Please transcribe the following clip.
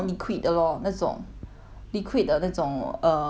liquid 的那种 err 不要用那种 lip balm lah 我觉得